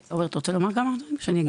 עומר, אתה רוצה לומר כמה דברים או שאני אגיד?